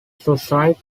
suicide